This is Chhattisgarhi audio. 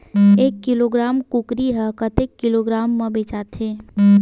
एक किलोग्राम कुकरी ह कतेक किलोग्राम म बेचाथे?